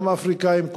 גם אפריקנים,